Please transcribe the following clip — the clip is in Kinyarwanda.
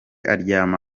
aryama